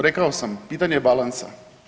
Rekao sam pitanje balansa.